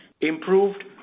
improved